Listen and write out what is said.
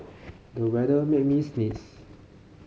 the weather made me sneeze